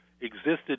existed